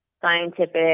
scientific